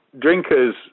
drinkers